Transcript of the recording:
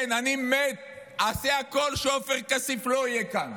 כן, אני אעשה הכול שעופר כסיף לא יהיה כאן.